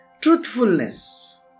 Truthfulness